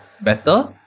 better